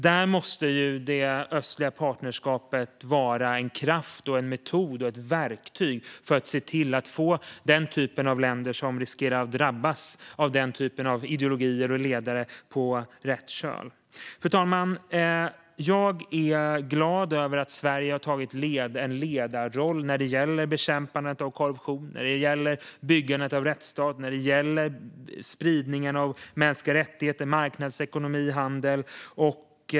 Där måste det östliga partnerskapet vara en kraft, en metod och ett verktyg för att få den typen av länder som riskerar att drabbas av den typen av ideologier och ledare på rätt köl. Fru talman! Jag är glad över att Sverige har tagit en ledarroll när det gäller bekämpandet av korruption, byggandet av en rättsstat, spridningen av mänskliga rättigheter, marknadsekonomi och handel.